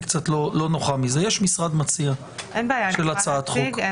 יש משרד מציע של הצעת חוק.